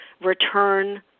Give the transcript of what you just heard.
return